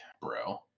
bro